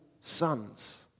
sons